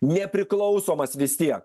nepriklausomas vis tiek